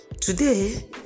today